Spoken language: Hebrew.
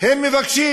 והם מבקשים: